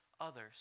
others